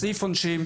סעיף עונשין,